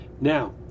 Now